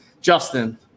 Justin